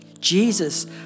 Jesus